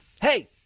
Hey